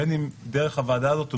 בין אם דרך הוועדה הזאת,